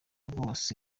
bose